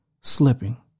slipping